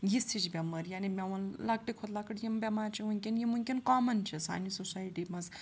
یِژھ ہِش بٮ۪مٲرۍ یعنی مےٚ ووٚن لۄکٹہِ کھۄتہٕ لۄکٕٹ یِم بٮ۪مارِ چھِ وٕنۍکٮ۪ن یِم وٕنۍکٮ۪ن کامَن چھِ سانہِ سوسایٹی مَنٛز